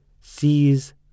sees